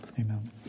Amen